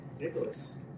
Nicholas